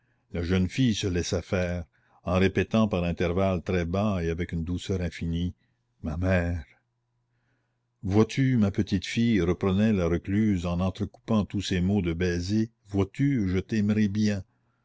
la jeune fille se laissait faire en répétant par intervalles très bas et avec une douceur infinie ma mère vois-tu ma petite fille reprenait la recluse en entrecoupant tous ses mots de baisers vois-tu je t'aimerai bien